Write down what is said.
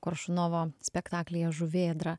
koršunovo spektaklyje žuvėdra